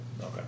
Okay